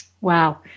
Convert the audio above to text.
Wow